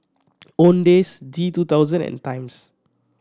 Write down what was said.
Owndays G two thousand and Times